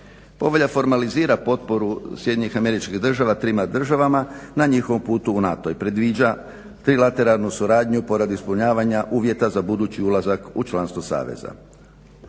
Povelja formalizira potporu SAD-a trima državama na njihovom putu u NATO i predviđa trilateranu suradnju poradi ispunjavanja uvjeta za budući ulazak u članstvo Saveza.